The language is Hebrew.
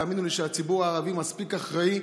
תאמינו לי שהציבור הערבי מספיק אחראי,